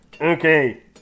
Okay